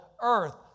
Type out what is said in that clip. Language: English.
earth